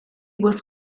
was